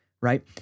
Right